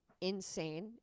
insane